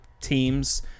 teams